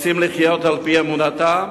רוצים לחיות על-פי אמונתם.